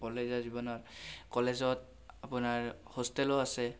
কলেজীয়া জীৱনৰ কলেজত আপোনাৰ হোষ্টেলো আছে